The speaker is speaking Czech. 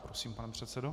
Prosím, pane předsedo.